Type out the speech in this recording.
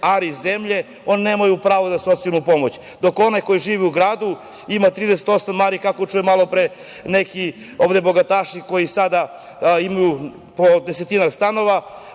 ari zemlje, oni nemaju prava na socijalnu pomoć, dok onaj koji živi u gradu ima 38 ari, kako čujem malo pre, neki ovde bogataši koji imaju na desetine stanova,